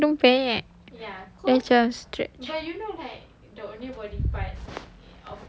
ya my hidung penyek there's a stretch